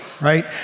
right